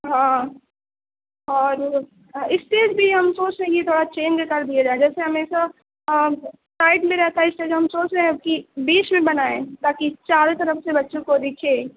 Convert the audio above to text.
ہاں اور اسٹیج بھی ہم سوچ رہے ہیں کہ تھوڑا چینج کر دیا جائے جیسے ہمیشہ سائڈ میں رہتا ہے اسٹیج ہم سوچ رہے ہیں کہ بیچ میں بنائیں تاکہ چاروں طرف سے بچوں کو دکھے